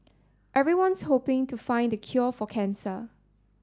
everyone's hoping to find the cure for cancer